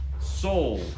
Soul